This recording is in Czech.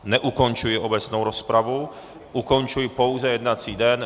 Neukončuji obecnou rozpravu, ukončuji pouze jednací den.